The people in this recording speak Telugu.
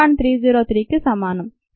303 కు సమానం